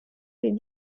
les